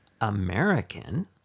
American